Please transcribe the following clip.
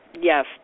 Yes